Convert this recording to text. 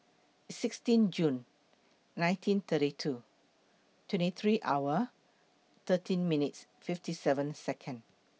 sixteen June nineteen thirty two twenty three hour thirteen minutes fifty seven Second